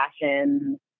fashion